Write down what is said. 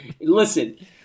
Listen